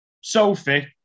Sophie